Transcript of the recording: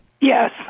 Yes